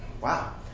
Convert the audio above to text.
wow